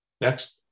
Next